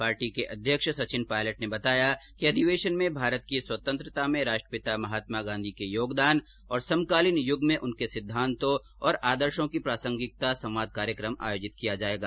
party के अध्यक्ष सचिन पायलट ने बताया कि अधिवेशन में भारत की स्वतंत्रता में राष्ट्रपिता महात्मा गांधी के योगदान और समकालीन युग में उनके सिद्धांतो और आदर्शो की प्रासंगिकता संवाद कार्यक्रम आयोजित किया जायेगा